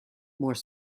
more